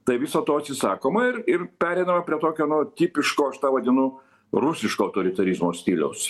tai viso to atsisakoma ir ir pereinama prie tokio nu tipiško aš tą vadinu rusiško autoritarizmo stiliaus